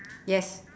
yes